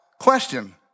question